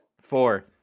four